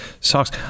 socks